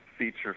feature